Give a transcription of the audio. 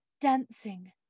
dancing